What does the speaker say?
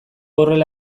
horrela